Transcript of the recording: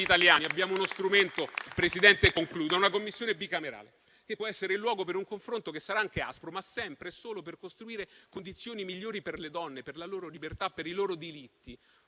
italiani. Abbiamo uno strumento, Presidente, una Commissione bicamerale che può essere il luogo per un confronto, che sarà anche aspro, ma sempre e solo per costruire condizioni migliori per le donne, per la loro libertà e per i loro diritti.